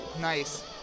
Nice